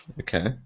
Okay